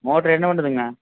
motor என்ன பண்ணுதுங்க